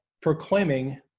proclaiming